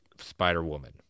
Spider-Woman